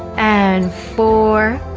and four